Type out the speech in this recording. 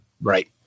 Right